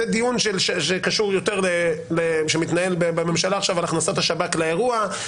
זה דיון שמתנהל עכשיו בממשלה על הכנסת השב"כ לאירוע.